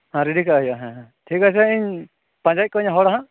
ᱦᱮᱸ ᱨᱮᱰᱤ ᱠᱟᱜ ᱦᱩᱭᱩᱜᱼᱟ ᱦᱮᱸ ᱦᱮᱸ ᱴᱷᱤᱠ ᱟᱪᱷᱮ ᱤᱧ ᱯᱟᱸᱡᱟᱭᱮᱫ ᱠᱚᱣᱟᱹᱧ ᱦᱚᱲ ᱦᱟᱸᱜ